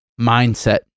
mindset